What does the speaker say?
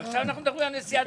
עכשיו אנחנו מדברים על נשיאת